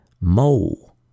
Mole